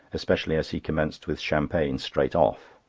especially as he commenced with champagne straight off.